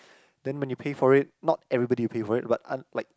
then when you pay for it not everybody will pay for it but un~ like